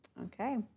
Okay